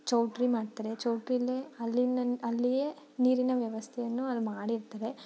ಚೌಲ್ಟ್ರಿ ಮಾಡ್ತಾರೆ ಚೌಲ್ಟ್ರಿಲ್ಲಿ ಅಲ್ಲಿಂದನೇ ಅಲ್ಲಿಯೇ ನೀರಿನ ವ್ಯವಸ್ಥೆಯನ್ನೂ ಅಲ್ಲಿ ಮಾಡಿರ್ತಾರೆ